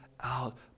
out